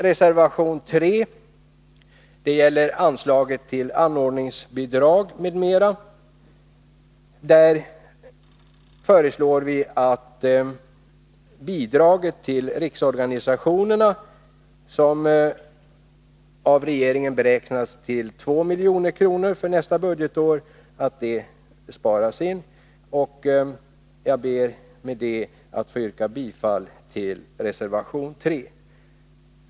Reservation 3 gäller anslaget till anordningsbidrag m.m. Vi föreslår att bidraget till riksorganisationerna, som av regeringen beräknats till 2 milj.kr., omedelbart kan sparas in. Med det ber jag att få yrka bifall till den reservationen.